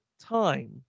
time